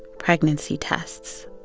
pregnancy tests,